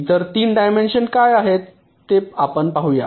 इतर 3 डायमेंशन काय आहेत ते आपण पाहू या